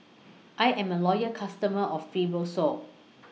I Am A Loyal customer of Fibrosol